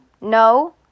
No